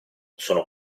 sono